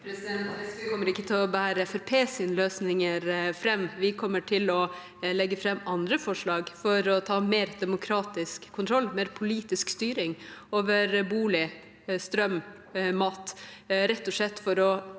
SV kommer ikke til å bære Fremskrittspartiets løsninger fram. Vi kommer til å legge fram andre forslag for å ta mer demokratisk kontroll, mer politisk styring over bolig, strøm og mat,